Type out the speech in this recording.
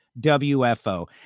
WFO